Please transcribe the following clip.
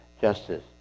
justice